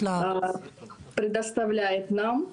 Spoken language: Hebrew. אז איפה אתם עומדים בעניין ההסכם?